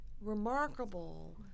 remarkable